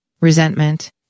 resentment